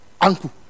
Uncle